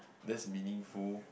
that's meaningful